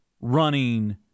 running